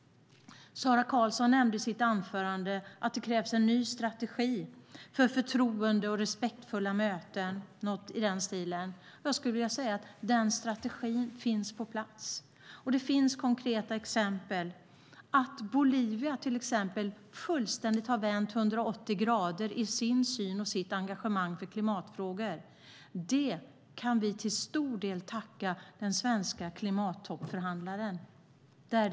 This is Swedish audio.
Sara Karlsson nämnde i sitt anförande att det krävs en ny strategi för förtroende och respektfulla möten, något i den stilen. Jag skulle säga att den strategin finns på plats. Det finns konkreta exempel. Bolivia har till exempel fullständigt vänt, 180 grader, i sin syn på och i sitt engagemang i klimatfrågor. Det kan vi till stor del tacka den svenska klimatförhandlaren för.